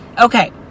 Okay